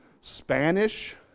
Spanish